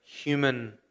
human